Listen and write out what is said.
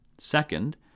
Second